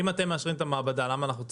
אם אתם מאשרים את המעבדה, למה אנחנו צריכים?